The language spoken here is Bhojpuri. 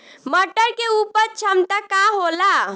मटर के उपज क्षमता का होला?